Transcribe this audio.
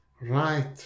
right